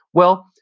well,